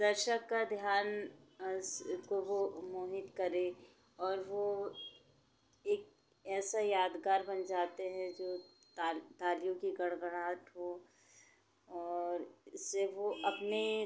दर्शक का ध्यान को वो मोहित करे और वो एक ऐसा यादगार बन जाते हैं जो ताल तालियों की गड़गड़ाहट हो और इससे वो अपने